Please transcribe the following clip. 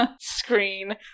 screen